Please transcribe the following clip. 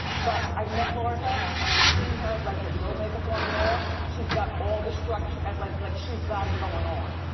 but i've met larsa and i've seen her like with no makeup on at all. she's got all the structure, like like she's got it going on.